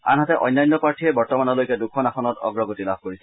আনহাতে অন্যান্য প্ৰাৰ্থীয়ে বৰ্তমানলৈ দুখন আসনত অগ্ৰগতি লাভ কৰিছে